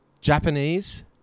Japanese